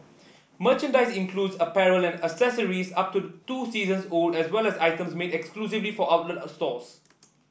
merchandise includes apparel and accessories up to two seasons old as well as items made exclusively for outlet stores